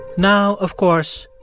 now, of course,